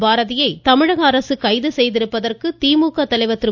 பாரதியை தமிழக அரசு கைது செய்திருப்பதற்கு திமுக தலைவர் திரு